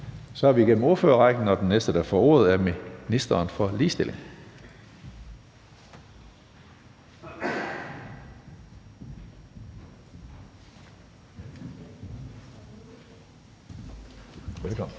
Så er vi igennem ordførerrækken, og den næste, der får ordet, er ministeren for ligestilling. Velkommen.